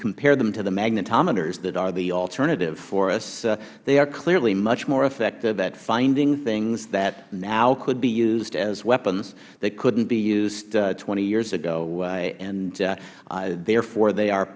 compare them to the magnetometers that are the alternative for us they are clearly much more effective at finding things that now could be used as weapons that couldn't be used twenty years ago and therefore they are